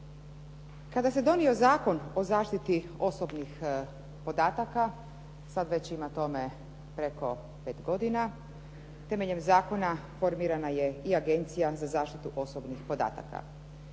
Kada se donio Zakon o zaštiti osobnih podataka sad već ima tome preko 5 godina. Temeljem zakona formirana je i Agencija za zaštitu osobnih podataka.